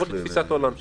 לפחות לתפיסת העולם שלנו,